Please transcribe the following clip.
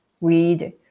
Read